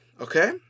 Okay